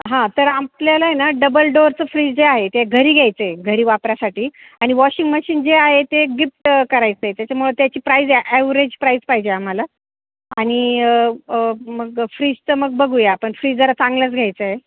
हा तर आपल्याला आहेना डबल डोअरचं फ्रीज जे आहे ते घरी घ्यायचं आहे घरी वापरायसाठी आणि वॉशिंग मशीन जे आहे ते गिफ्ट करायचं आहे त्याच्यामुळं त्याची प्राईज ॲ ॲवरेज प्राईज पाहिजे आम्हाला आणि मग फ्रीजचं मग बघूया आपण फ्रीज जरा चांगलंच घ्यायचं आहे